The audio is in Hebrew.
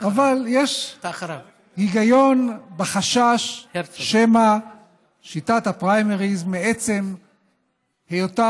אבל יש היגיון בחשש שמא שיטת הפריימריז מעצם היותה